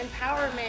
empowerment